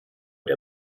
der